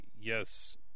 yes